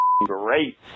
great